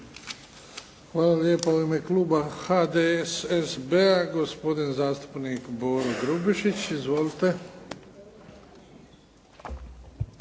Hvala lijepo. U ime kluba HDSSB-a, gospodin zastupnik Boro Grubišić. Izvolite.